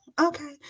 Okay